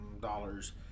dollars